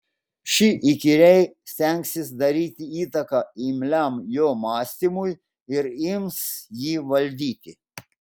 ši įkyriai stengsis daryti įtaką imliam jo mąstymui ir ims jį valdyti